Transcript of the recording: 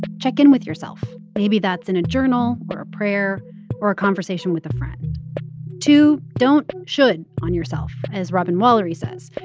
but check in with yourself. maybe that's in a journal or a prayer or a conversation with a friend two, don't should on yourself, as robin walery says.